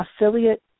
affiliate